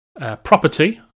property